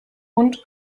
hund